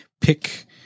pick